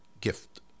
gift